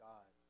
God